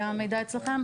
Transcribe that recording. לגבי המידע אצלכם?